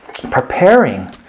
preparing